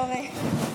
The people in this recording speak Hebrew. לא ראיתי.